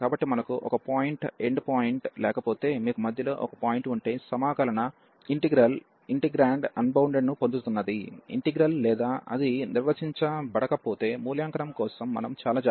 కాబట్టి మనకు ఒక పాయింట్ ఎండ్ పాయింట్ లేకపోతే మీకు మధ్యలో ఒక పాయింట్ ఉంటే ఇంటిగ్రల్ ఇంటెగ్రాండ్ అన్బౌండెడ్ ను పొందుతున్నది ఇంటిగ్రల్ లేదా అది నిర్వచించబడకపోతే మూల్యాంకనం కోసం మనము చాలా జాగ్రత్తగా ఉండాలి